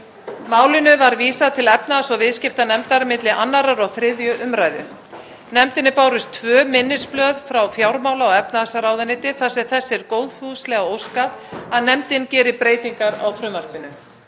Málinu var vísað til efnahags- og viðskiptanefndar milli 2. og 3. umr. Nefndinni bárust tvö minnisblöð frá fjármála- og efnahagsráðuneyti þar sem þess er góðfúslega óskað að nefndin geri breytingar á frumvarpinu.